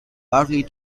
berkeley